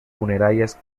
funerarias